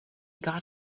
got